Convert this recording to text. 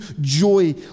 joy